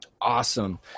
Awesome